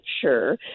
sure